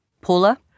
Paula